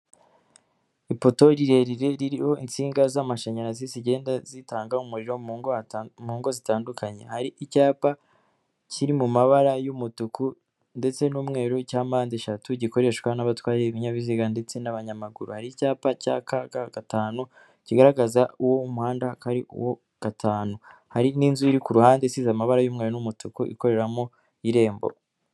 Ipoto rirerire ririho insinga z'amashanyarazi zigenda zitanga umuriro mu ngo zitandukanye. Hari icyapa kiri mu mabara y'umutuku ndetse n'umweru cya mpande eshatu, gikoreshwa n'abatwaye ibinyabiziga ndetse n'abanyamaguru. Hari icyapa cyaka gatanu kigaragaza uwo muhanda ko ari uwa gatanu, hari n'inzu iri ku ruhande isize amabara y'umuriro n'umutuku ikoreramo irembo.